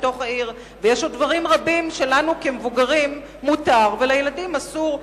ויש עוד דברים רבים שלנו כמבוגרים מותר ולילדים אסור.